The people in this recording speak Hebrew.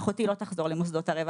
אחותי לא תחזור למוסדות הרווחה,